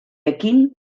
ekin